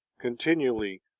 continually